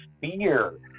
fear